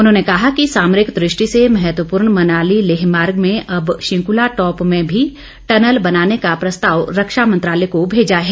उन्होंने कहा कि सामरिक दृष्टि से महत्पूर्ण मनाली लेह मार्ग में अब शिंकुला टॉप में भी टनल बनाने का प्रस्ताव रक्षा मंत्रालय को भेजा है